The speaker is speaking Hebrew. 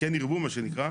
כן ירבו מה שנקרא,